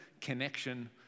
connection